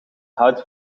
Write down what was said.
houdt